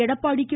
Edappadi K